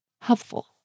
helpful